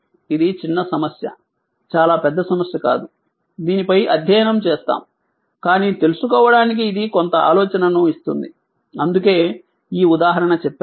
ఇది చిన్న సమస్య చాలా పెద్ద సమస్య కాదు దీనిపై అధ్యయనం చేస్తాము కానీ తెలుసుకోవడానికి ఇది కొంత ఆలోచనను ఇస్తుంది అందుకే ఈ ఉదాహరణ చెప్పాను